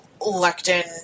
lectin